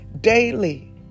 daily